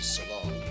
Salon